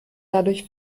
dadurch